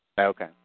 Okay